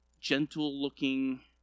gentle-looking